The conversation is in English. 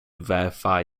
verify